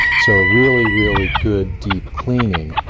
so really, really good deep cleaning,